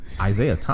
Isaiah